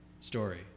story